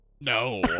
No